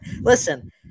Listen